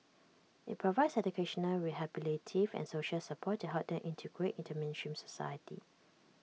IT provides educational rehabilitative and social support to help them integrate into mainstream society